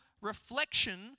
reflection